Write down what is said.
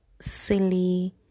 Silly